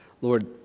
Lord